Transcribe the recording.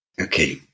Okay